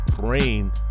brain